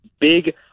big